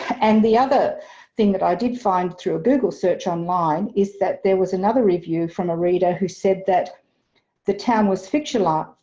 and the other thing that i did find through a google search online, is that there was another review from a reader who said that the town was fictionalised,